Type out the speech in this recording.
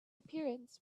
appearance